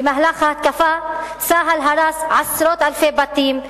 במהלך ההתקפה צה"ל הרס עשרות אלפי בתים,